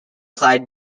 clyde